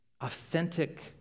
authentic